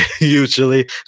Usually